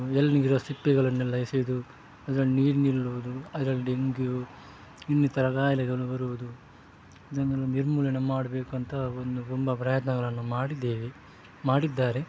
ಎಳನೀರ ಸಿಪ್ಪೆಗಳನ್ನೆಲ್ಲ ಎಸೆಯುವುದು ಅದ್ರಲ್ಲಿ ನೀರು ನಿಲ್ಲುವುದು ಅದ್ರಲ್ಲಿ ಡೆಂಗ್ಯೂ ಇನ್ನಿತರ ಕಾಯಿಲೆಗಳು ಬರುವುದು ಇದನ್ನೆಲ್ಲ ನಿರ್ಮೂಲನೆ ಮಾಡಬೇಕಂತ ಒಂದು ತುಂಬ ಪ್ರಯತ್ನಗಳನ್ನು ಮಾಡಿದ್ದೇವೆ ಮಾಡಿದ್ದಾರೆ